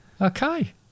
okay